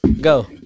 Go